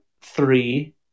three